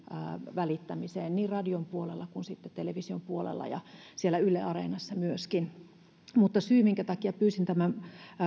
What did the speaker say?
välittämiseen niin radion puolella kuin sitten television puolella ja siellä yle areenassa myöskin mutta syy minkä takia pyysin tämän